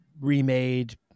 remade